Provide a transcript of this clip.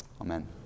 Amen